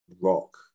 Rock